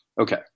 Okay